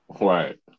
Right